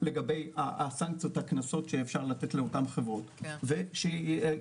לגבי הסנקציות והקנסות שאפשר לתת לאותן חברות ושיגבירו